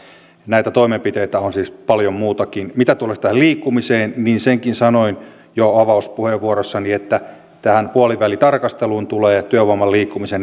näitä toimenpiteitä on siis paljon muitakin mitä tulee sitten tähän liikkumiseen niin senkin sanoin jo avauspuheenvuorossani että tähän puolivälitarkasteluun tulee työvoiman liikkumista